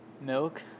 Milk